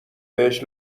بهش